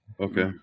Okay